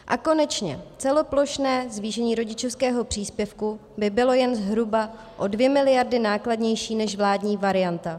A konečně celoplošné zvýšení rodičovského příspěvku by bylo jen zhruba o 2 miliardy nákladnější než vládní varianta.